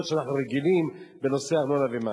שאנחנו רגילים אליהן בנושא ארנונה ומים.